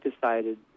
decided